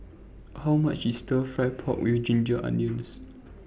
How much IS Stir Fried Pork with Ginger Onions